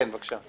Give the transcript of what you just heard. כן, בבקשה.